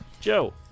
Joe